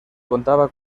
contaba